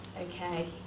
Okay